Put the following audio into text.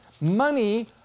money